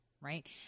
right